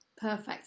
Perfect